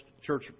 church